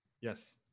Yes